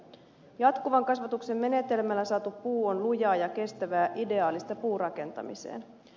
jatkuvan kasvatuksen menetelmällä saatu puu on lujaa ja kestävää ideaalista puurakentamiseen